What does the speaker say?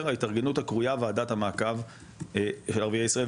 ההתארגנות הקרויה ועדת המעקב של ערביי ישראל,